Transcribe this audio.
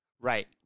Right